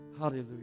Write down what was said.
Hallelujah